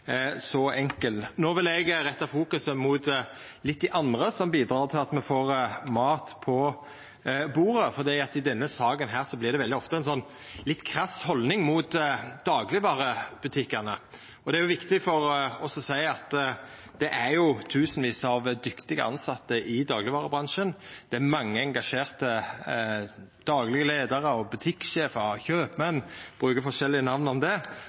så enkel. No vil eg fokusera litt på andre som bidreg til at me får mat på bordet. I denne saka vert det veldig ofte vist ei litt krass haldning til daglegvarebutikkane. Det er viktig for oss å seia at det er tusenvis av dyktige tilsette i daglegvarebransjen. Det er mange engasjerte daglege leiarar, butikksjefar og kjøpmenn som bidreg til at me har butikkar rundt om